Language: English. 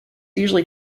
usually